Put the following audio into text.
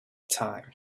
time